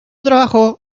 trabajo